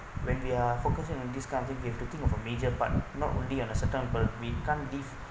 when we are focusing on this kind of thing you have to think about major part not only on a certain people we can't live